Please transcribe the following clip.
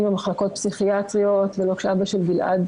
במחלקות פסיכיאטריות ולא כשאבא של גלעד